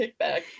kickback